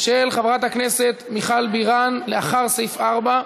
של חברת הכנסת מיכל בירן לאחרי סעיף 4,